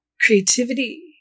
creativity